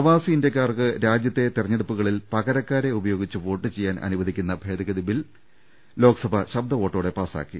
പ്രവാസി ഇന്ത്യക്കാർക്ക് രാജ്യത്തെ തെരഞ്ഞെടുപ്പുകളിൽ പക രക്കാരെ ഉപയോഗിച്ച് വോട്ട് ചെയ്യാൻ അനുവദിക്കുന്ന ഭേദഗതി ബിൽ ലോക്സഭ ശബ്ദവോട്ടോടെ പാസാക്കി